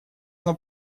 оно